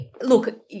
look